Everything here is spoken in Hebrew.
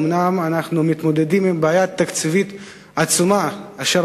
אומנם אנחנו מתמודדים עם בעיה תקציבית עצומה אחרי